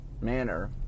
manner